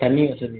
தண்ணி வசதி